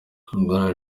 bwana